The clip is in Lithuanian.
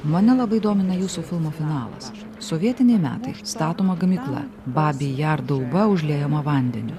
mane labai domina jūsų filmo finalas sovietiniai metai statoma gamykla babi jar dauba užliejama vandeniu